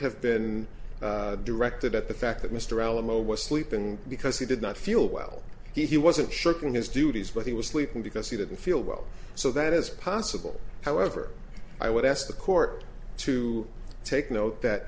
have been directed at the fact that mr alamo was sleeping because he did not feel well he wasn't shocked in his duties but he was sleeping because he didn't feel well so that is possible however i would ask the court to take note that